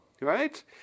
right